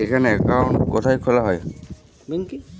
এখানে অ্যাকাউন্ট খোলা কোথায় হয়?